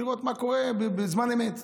לראות מה קורה בזמן אמת.